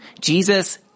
Jesus